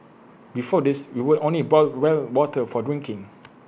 before this we would only boil well water for drinking